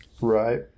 right